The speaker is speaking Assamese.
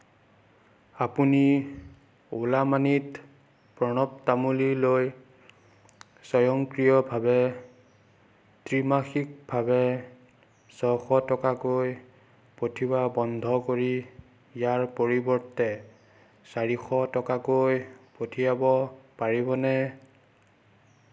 আপুনি অ'লা মানিত প্ৰণৱ তামুলীলৈ স্বয়ংক্ৰিয়ভাৱে ত্ৰিমাসিকভাৱে ছশ টকাকৈ পঠিওৱা বন্ধ কৰি ইয়াৰ পৰিৱৰ্তে চাৰিশ টকাকৈ পঠিয়াব পাৰিবনে